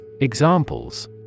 Examples